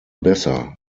besser